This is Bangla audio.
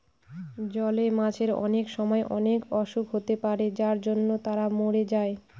জলে মাছের অনেক সময় অনেক অসুখ হতে পারে যার জন্য তারা মরে যায়